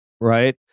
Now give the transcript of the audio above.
Right